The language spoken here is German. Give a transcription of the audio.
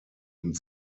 und